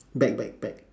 back back back